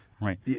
Right